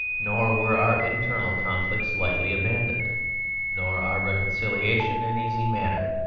nor were our internal conflicts lightly abandoned nor our reconciliations an easy matter.